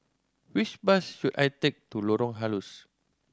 which bus should I take to Lorong Halus